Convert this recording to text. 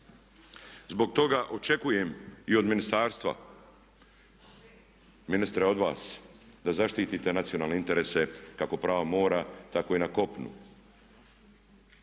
Zbog toga očekujem i od ministarstva, ministre od vas da zaštitite nacionalne interese kako pravo mora tako i na kopnu.